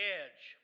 edge